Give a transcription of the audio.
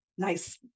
Nice